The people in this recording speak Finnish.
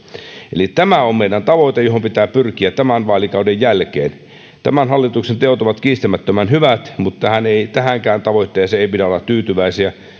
eli tämä on meidän tavoitteemme johon pitää pyrkiä tämän vaalikauden jälkeen tämän hallituksen teot ovat kiistämättömän hyvät mutta tähänkään tavoitteeseen ei pidä olla tyytyväisiä